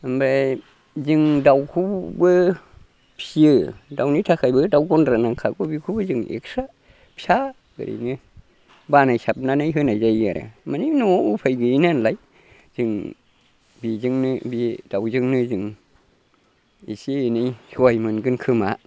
आमफाय जों दाउखौबो फियो दाउनि थाखायबो दाउ गन्द्रा नांखागौ बेखौबो जों एक्सट्रा फिसा ओरैनो बानाय साबनानै होनाय जायो आरो मानि न'आव उफाय गैयिनालाय जों बिजोंनो बि दाउजोंनो जों एसे एनै सहाय मोनगोन खोमा